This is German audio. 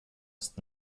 ist